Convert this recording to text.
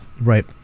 right